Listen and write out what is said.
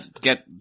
get